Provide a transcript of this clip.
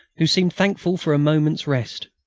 who seemed thankful for a moment's rest.